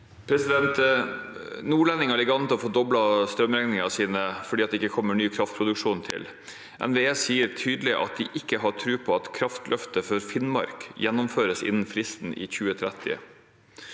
Nordlendin- gene ligger an til å få doblet strømregningene sine fordi det ikke kommer til ny kraftproduksjon. NVE sier tydelig at de ikke har tro på at kraftløftet for Finnmark gjennomføres innen fristen i 2030.